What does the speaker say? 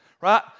Right